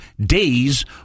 days